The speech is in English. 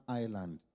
island